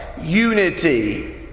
unity